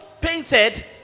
painted